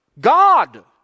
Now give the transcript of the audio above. God